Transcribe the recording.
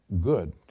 good